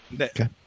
Okay